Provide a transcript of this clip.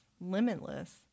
limitless